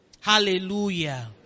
Hallelujah